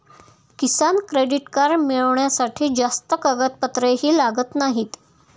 किसान credit card मिळवण्यासाठी जास्त कागदपत्रेही लागत नाहीत